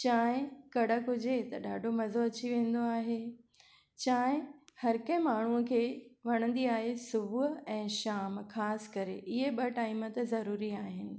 चांहि कड़क हुजे त ॾाढो मज़ो अची वेंदो आहे चांहि हर कंहिं माण्हूअ खे वणंदी आहे सुबुह ऐं शाम ख़ासि करे इआ ॿ टाइम त ज़रूरी आहे